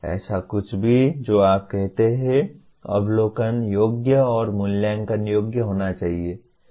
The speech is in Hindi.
ऐसा कुछ भी जो आप कहते हैं अवलोकन योग्य और मूल्यांकन योग्य होना चाहिए